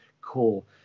cool